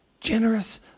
Generous